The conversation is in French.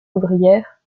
ouvrière